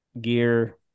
gear